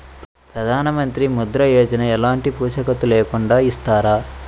ప్రధానమంత్రి ముద్ర యోజన ఎలాంటి పూసికత్తు లేకుండా ఇస్తారా?